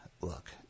Look